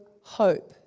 hope